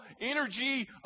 energy